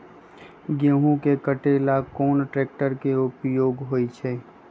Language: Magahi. गेंहू के कटे ला कोंन ट्रेक्टर के उपयोग होइ छई?